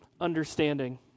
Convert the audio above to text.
understanding